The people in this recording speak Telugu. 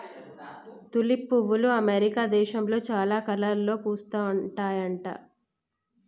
తులిప్ పువ్వులు అమెరికా దేశంలో చాలా కలర్లలో పూస్తుంటాయట